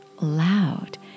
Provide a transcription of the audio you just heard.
loud